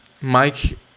mike